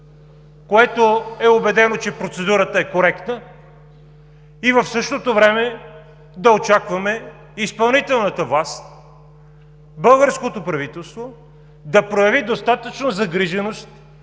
което е убедено, че процедурата е коректна, и в същото време да очакваме изпълнителната власт, българското правителство да прояви достатъчно загриженост